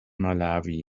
malawi